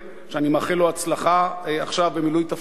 ואני מאחל לו הצלחה עכשיו במילוי תפקידו.